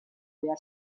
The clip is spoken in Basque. behar